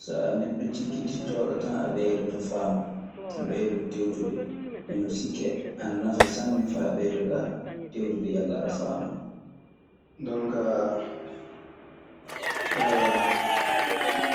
So a neɗɗo cikkitittooɗo tan a ɓeydoto faamu a ɓeydoto tewtude. Ndeen non sikke ana nafa sanne faa ɓeydoɗaa tewtude yalla ana faama. Jonkaa